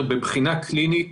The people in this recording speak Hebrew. כאשר מבחינה קלינית